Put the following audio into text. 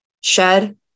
Shed